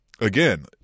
Again